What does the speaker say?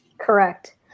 Correct